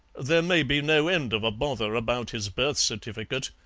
there may be no end of a bother about his birth certificate.